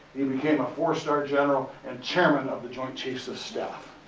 he became a four-star general and chairman of the joint chiefs of staff.